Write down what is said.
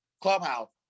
Clubhouse